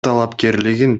талапкерлигин